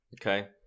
okay